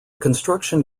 construction